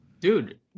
Dude